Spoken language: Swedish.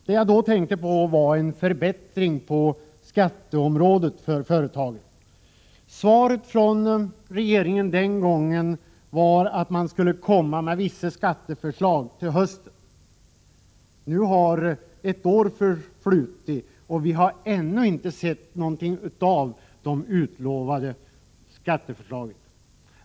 Det jag då tänkte på var en förbättring på skatteområdet för företagen. Svaret från regeringen den gången var att man skulle komma med vissa skatteförslag till hösten. Nu har ett år förflutit, och vi har ännu inte sett något av de utlovade förslagen på området.